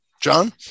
John